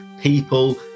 people